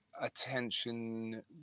attention